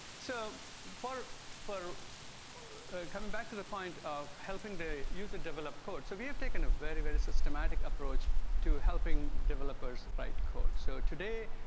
so for for coming back to the point of helping the user develop code. so we have taken a very, very systematic approach to helping developers write code. so today,